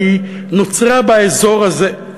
שהיא נוצרה באזור הזה,